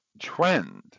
trend